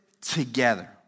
together